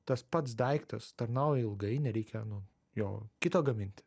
tas pats daiktas tarnauja ilgai nereikia nu jo kito gaminti